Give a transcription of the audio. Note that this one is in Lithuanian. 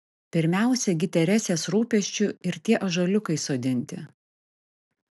pirmiausia gi teresės rūpesčiu ir tie ąžuoliukai sodinti